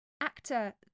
Actor